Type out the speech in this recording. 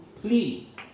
Please